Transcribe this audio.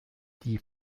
die